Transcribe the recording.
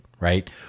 Right